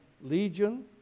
legion